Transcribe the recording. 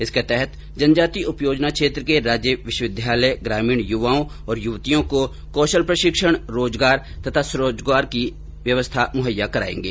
इसके तहत जनजाति उप योजना क्षेत्र के राज्य विश्वविद्यालय ग्रामीण युवाओं और युवतियों को कौशल प्रशिक्षण रोजगार तथा स्वरोजगार की व्यवस्था मुहैय्या करायेंगे